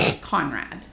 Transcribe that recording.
Conrad